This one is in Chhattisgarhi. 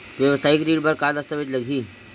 वेवसायिक ऋण बर का का दस्तावेज लगही?